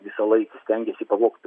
visą laiką stengiasi pavogti